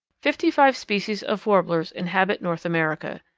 fifty-five species of warblers inhabit north america.